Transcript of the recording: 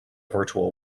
virtual